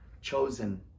chosen